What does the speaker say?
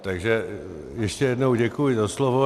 Takže ještě jednou děkuji za slovo.